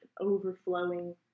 overflowing